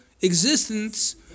existence